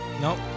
Nope